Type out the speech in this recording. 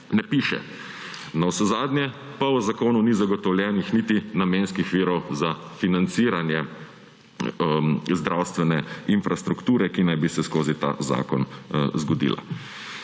ne piše. Navsezadnje pa v zakonu ni zagotovljenih niti namenskih virov za financiranje zdravstvene infrastrukture, ki naj bi se skozi ta zakon zgodila.